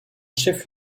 chef